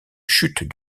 chute